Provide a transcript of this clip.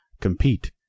compete